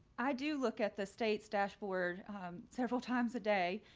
i do look at the state's dashboard several times a day.